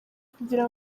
kugira